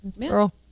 Girl